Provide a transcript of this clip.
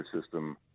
system